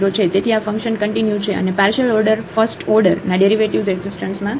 તેથી આ function continue છે અને પાર્શિયલ ઓડૅર ફસ્ટઓડૅરના ડેરિવેટિવ્ઝ એકઝીસ્ટન્સમાં છે